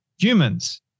humans